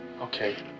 Okay